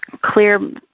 clear